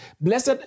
Blessed